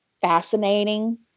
fascinating